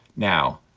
now,